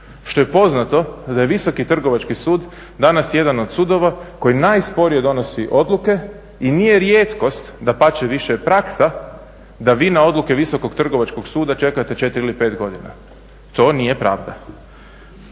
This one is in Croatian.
što je poznato da je Visoki trgovački sud danas jedan od sudova koji najsporije donosi odluke i nije rijetkost, dapače više je praksa da vi na odluke Visokog trgovačkog suda čekate 4 ili 5 godina, to nije pravda.